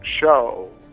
show